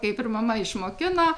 kaip ir mama išmokina